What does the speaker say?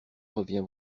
revient